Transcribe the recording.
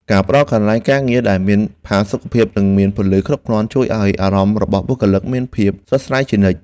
ការផ្តល់កន្លែងការងារដែលមានផាសុកភាពនិងមានពន្លឺគ្រប់គ្រាន់ ជួយឱ្យអារម្មណ៍របស់បុគ្គលិកមានភាពស្រស់ស្រាយជានិច្ច។